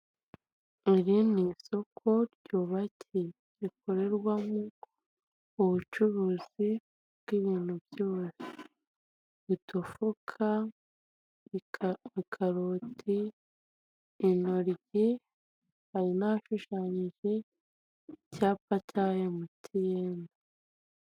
Iri ni isoko ryubakiye rikorerwamo ubucuruzi bw'ibintu byose udufuka, ikaroti, intoryi hari n'ahashushanyije icyapa cya Emutiyeni.